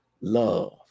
love